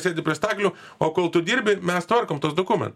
sėdi prie staklių o kol tu dirbi mes tvarkom tuos dokument